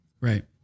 Right